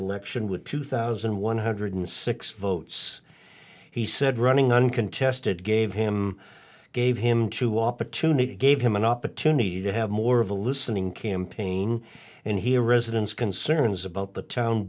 election with two thousand one hundred six votes he said running uncontested gave him gave him to opportunity gave him an opportunity to have more of a listening campaign and he residents concerns about the town